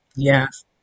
Yes